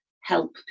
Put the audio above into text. help